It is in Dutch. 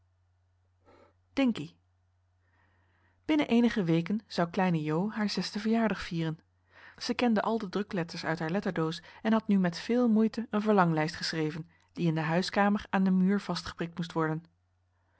dinkie innen eenige weken zou kleine jo haar zesden verjaardag vieren ze kende al de drukletters uit haar letterdoos en had nu met veel moeite een verlanglijst geschreven die in de huiskamer aan den muur vastgeprikt moest worden